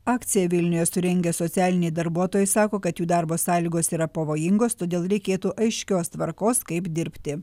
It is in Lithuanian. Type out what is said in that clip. akciją vilniuje surengę socialiniai darbuotojai sako kad jų darbo sąlygos yra pavojingos todėl reikėtų aiškios tvarkos kaip dirbti